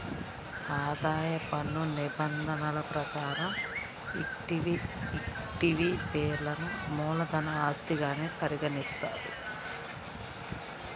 ఆదాయ పన్ను నిబంధనల ప్రకారం ఈక్విటీ షేర్లను మూలధన ఆస్తిగానే పరిగణిస్తారు